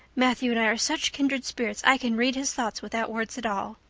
matthew and i are such kindred spirits i can read his thoughts without words at all.